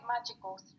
magical